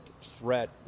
threat